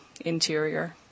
interior